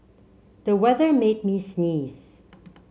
the weather made me sneeze